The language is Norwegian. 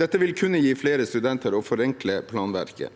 Dette vil kunne gi flere studenter og forenkle planverket.